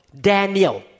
Daniel